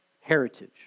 heritage